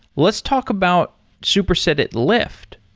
let's talk about superset at lyft.